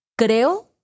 Creo